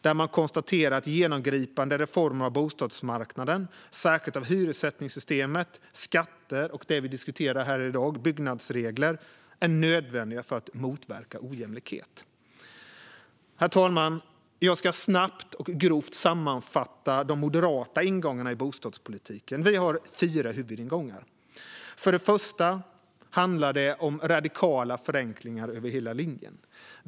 Där konstaterar man att genomgripande reformer av bostadsmarknaden, särskilt av hyressättningssystemet, skatter och byggnadsregler, vilket vi diskuterar här i dag, är nödvändiga för att motverka ojämlikhet. Herr talman! Jag ska snabbt och grovt sammanfatta de moderata ingångarna i bostadspolitiken. Vi har fyra huvudingångar: För det första handlar det om radikala förenklingar över hela linjen.